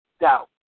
doubt